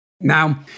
Now